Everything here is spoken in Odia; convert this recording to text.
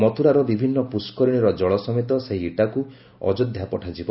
ମଥୁରାର ବିଭିନ୍ନ ପୁଷ୍କରିଣୀର ଜଳ ସମେତ ସେହି ଇଟାକୁ ଅଯୋଧ୍ୟା ପଠାଯିବ